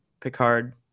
picard